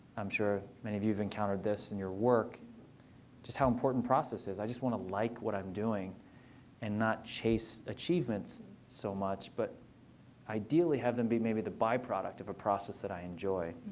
i'm sure many of you have encountered this in your work just how important process is. i just want to like what i'm doing and not chase achievements so much. but ideally have them be maybe the byproduct of a process that i enjoy.